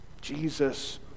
Jesus